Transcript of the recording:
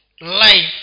life